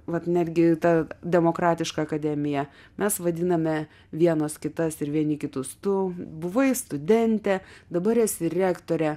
vat netgi ta demokratiška akademija mes vadiname vienas kitas ir vieni kitus tu buvai studentė dabar esi rektorė